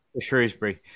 Shrewsbury